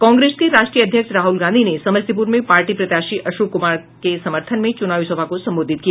कांग्रेस के राष्ट्रीय अध्यक्ष राहुल गांधी ने समस्तीपुर में पार्टी प्रत्याशी अशोक कुमार के समर्थन में चुनावी सभा को संबोधित किया